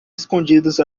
escondidos